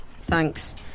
Thanks